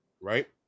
right